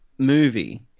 Movie